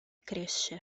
cresce